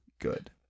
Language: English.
Good